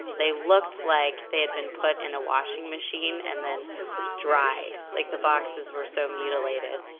they looked like they had been put in a washing machine, and then dried. like the boxes were so mutilated,